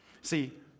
See